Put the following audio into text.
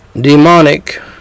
demonic